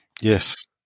Yes